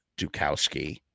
Dukowski